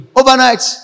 overnight